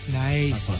nice